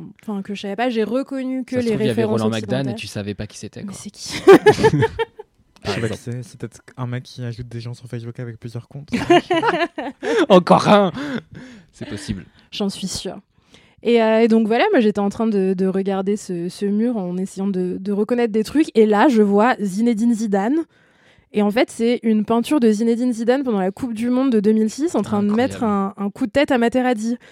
Enfin, que je savais pas, j'ai reconnu que Ça se les trouve, il y avait références Roland Magdane et occidentales. tu savais pas qui c'était, Mais quoi. c'est qui ? Je sais Ah bon. pas qui c'est, c'est peut-être un mec qui ajoute des gens sur Facebook avec plusieurs comptes. C'est vrai que je- Encore un ! C'est possible. J'en suis sûre. Et, euh, et donc voilà, moi, j'étais en train de- de regarder ce- ce mur en essayant de- de reconnaître des trucs. Et là, je vois Zinedine Zidane. Et en fait, c'est une peinture de Zinedine Zidane pendant la Coupe du Monde de 2006, en train de mettre Incroyable. un- un coup de tête à Materazzi.